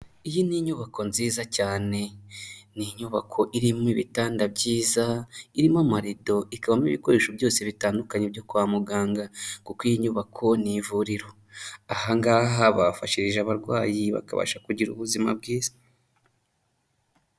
Iyi ni inyubako nziza cyane, ni inyubako irimo ibitanda byiza, irimo amarido, ikabamo ibikoresho byose bitandukanye byo kwa muganga kuko iyi nyubako ni ivuriro, aha ngaha bahafashirije abarwayi bakabasha kugira ubuzima bwiza.